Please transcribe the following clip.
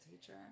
teacher